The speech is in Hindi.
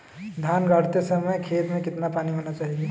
धान गाड़ते समय खेत में कितना पानी होना चाहिए?